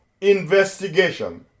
investigation